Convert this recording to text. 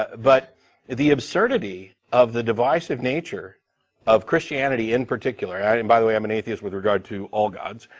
but the absurdity of the divisive nature of christianity in particular, and by the way i'm an atheist with regard to all gods,